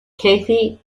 kathy